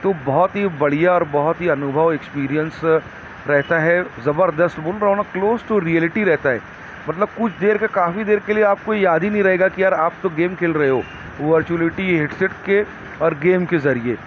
تو بہت ہی بڑھیا اور بہت ہی انوبھو ایکسپیریئنس رہتا ہے زبردست بول رہا ہوں نا کلوز ٹو ریئلیٹی رہتا ہے مطلب کچھ دیر کے کافی دیر کے لیے آپ کو یاد ہی نہیں رہے گا کہ یار آپ تو گیم کھیل رہے ہو ورچوولیٹی ہیڈسیٹ کے اور گیم کے ذریعے